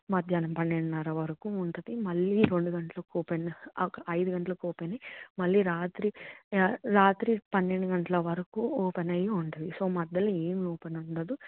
మధ్యాహ్నం పన్నెండునర్ర వరకు ఉంటుంది మళ్ళీ రెండు గంటలకు ఓపెన్ ఐదు గంటలకు ఓపెన్ అయ్యి మళ్ళీ రాత్రి రాత్రి పన్నెండు గంటల వరకు ఓపెన్ అయ్యి ఉంటుంది సో మధ్యలో ఏమి ఓపెన్ ఉండదు